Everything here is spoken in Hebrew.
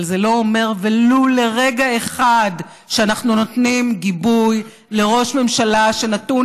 אבל זה לא אומר ולו לרגע אחד שאנחנו נותנים גיבוי לראש ממשלה שנתון